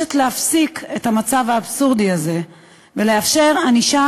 מבקשת להפסיק את המצב האבסורדי הזה ולאפשר ענישה